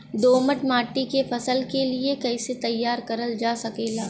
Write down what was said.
दोमट माटी के फसल के लिए कैसे तैयार करल जा सकेला?